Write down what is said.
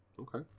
Okay